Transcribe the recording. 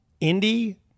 Indy